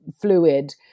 fluid